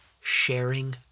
Sharing